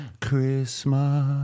Christmas